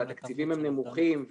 והתקציבים הם נמוכים,